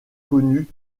connue